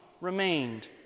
remained